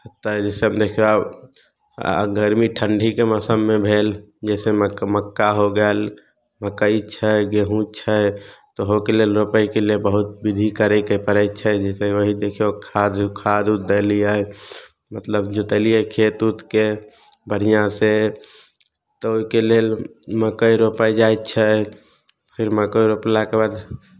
तऽ ईसभ देखियौ आब गरमी ठण्ढीके मौसममे भेल जइसे मक मक्का हो गेल मक्कइ छै गेहूँ छै तऽ ओहोके लेल रोपयके लेल बहुत विधि करयके पड़ै छै जइसे वहीँ देखियौ खाद खाद उद देलियै मतलब जोतेलियै खेत उतकेँ बढ़िआँसँ तऽ ओहिके लेल मक्कइ रोपय जाइ छै फेर मक्कइ रोपलाके बाद